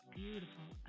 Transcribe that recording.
beautiful